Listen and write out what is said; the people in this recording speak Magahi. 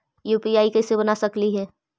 यु.पी.आई कैसे बना सकली हे?